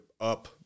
up